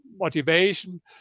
motivation